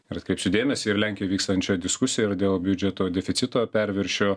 ir atkreipsiu dėmesį ir lenkijoj vykstančią diskusiją dėl biudžeto deficito perviršio